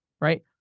right